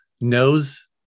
knows